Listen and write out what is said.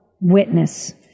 witness